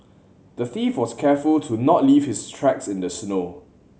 the thief was careful to not leave his tracks in the snow